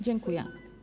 Dziękuję.